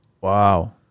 Wow